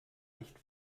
nicht